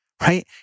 right